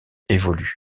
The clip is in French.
évolue